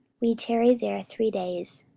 we tarried there three days.